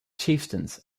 chieftains